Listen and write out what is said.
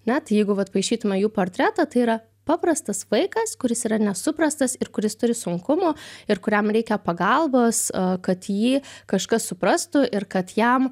net jeigu vat paišytume jų portretą tai yra paprastas vaikas kuris yra nesuprastas ir kuris turi sunkumų ir kuriam reikia pagalbos kad jį kažkas suprastų ir kad jam